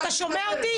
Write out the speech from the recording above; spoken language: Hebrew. אתה שומע אותי,